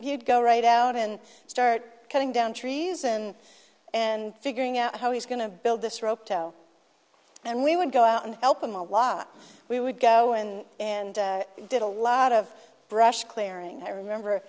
would go right out and start cutting down trees and and figuring out how he's going to build this roped oh and we would go out and help him a lot we would go in and did a lot of brush clearing i remember